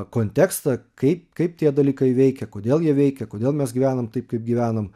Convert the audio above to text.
kontekstą kaip kaip tie dalykai veikia kodėl jie veikia kodėl mes gyvenam taip kaip gyvenam